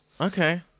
Okay